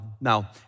Now